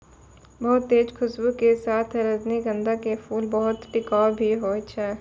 बहुत तेज खूशबू के साथॅ रजनीगंधा के फूल बहुत टिकाऊ भी हौय छै